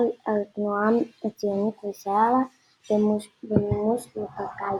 על התנועה הציונית ולסייע לה במימוש מטרתה העיקרית.